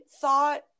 thought